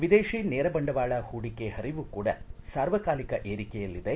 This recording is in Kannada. ವಿದೇಶಿ ನೇರ ಬಂಡವಾಳ ಹೂಡಿಕೆ ಹರಿವು ಕೂಡ ಸಾರ್ವಕಾಲಿಕ ಏರಿಕೆಯಲ್ಲಿದೆ